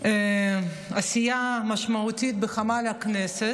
עשייה משמעותית בחמ"ל הכנסת,